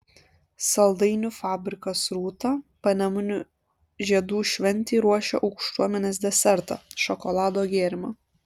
saldainių fabrikas rūta panemunių žiedų šventei ruošia aukštuomenės desertą šokolado gėrimą